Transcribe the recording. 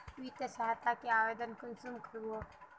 वित्तीय सहायता के आवेदन कुंसम करबे?